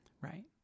Right